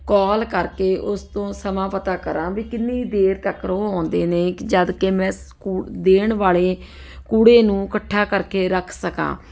ਕਾਲ ਕਰਕੇ ਉਸ ਤੋਂ ਸਮਾਂ ਪਤਾ ਕਰਾਂ ਵੀ ਕਿੰਨੀ ਦੇਰ ਤੱਕ ਉਹ ਆਉਂਦੇ ਨੇ ਕਿ ਜਦਕਿ ਮੈਂ ਸਕੁ ਦੇਣ ਵਾਲੇ ਕੂੜੇ ਨੂੰ ਇਕੱਠਾ ਕਰਕੇ ਰੱਖ ਸਕਾਂ